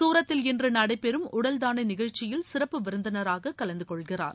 சூரத்தில் இன்று நடைபெறும் உடல் தாள நிகழ்ச்சியில் சிறப்பு விருந்தினராக கலந்து கொள்கிறார்